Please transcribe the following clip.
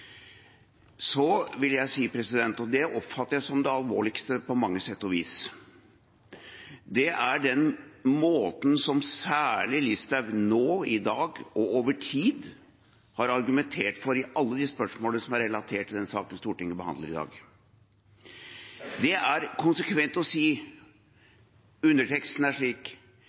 Så vil jeg si at det jeg på sett og vis oppfatter som det alvorligste, er den måten som særlig Listhaug nå i dag og over tid har argumentert for i alle de spørsmål som er relatert til den saken Stortinget behandler i dag. Det er konsekvent å si, underteksten er slik: